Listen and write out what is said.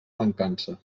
mancança